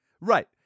Right